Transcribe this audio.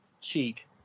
cheek